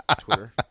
Twitter